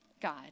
God